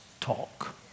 talk